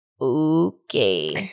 Okay